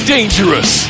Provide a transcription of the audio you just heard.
Dangerous